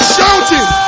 Shouting